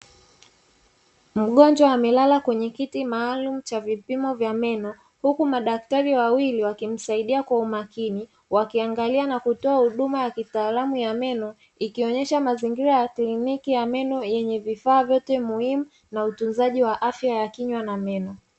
Mgonjwa amelala kwenye kiti maalumu cha vipimo vya meno, huku madaktari wawili wakimsaidia kwa umakini wakiangalia na kutoa huduma ya kitaalamu ya meno ikionyesha mazingira ya kliniki ya meno yenye vifaa vyote muhimu na utunzaji wa afya ya kinywa na meno.